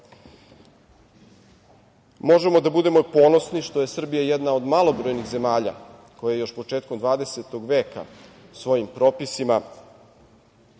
Evropi. Možemo da budemo ponosni što je Srbija jedna od malobrojnih zemalja koja je početkom 20. veka svojim propisima